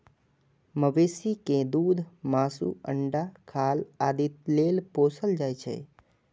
मवेशी कें दूध, मासु, अंडा, खाल आदि लेल पोसल जाइ छै